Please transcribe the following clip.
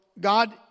God